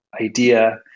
idea